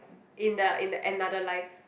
in the in the another life